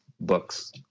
books